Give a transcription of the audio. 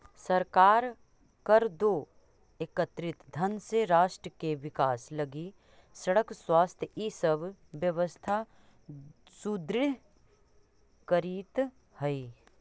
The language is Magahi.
सरकार कर दो एकत्रित धन से राष्ट्र के विकास लगी सड़क स्वास्थ्य इ सब व्यवस्था सुदृढ़ करीइत हई